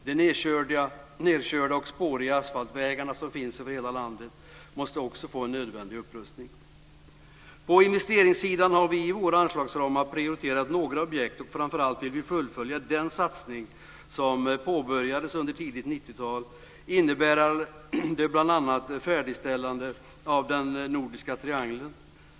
De nedkörda och spåriga asfaltvägarna som finns över hela landet måste också få en nödvändig upprustning. På investeringssidan har vi i våra anslagsramar prioriterat några objekt, och framför allt vill vi fullfölja den satsning som påbörjades under tidigt 90-tal innebärande bl.a. färdigställande av den nordiska triangeln.